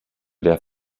der